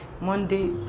Monday